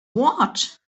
what